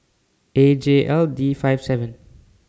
A J L D five seven